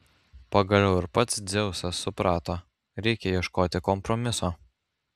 pagaliau ir pats dzeusas suprato reikia ieškoti kompromiso